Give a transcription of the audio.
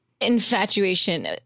infatuation